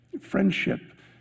Friendship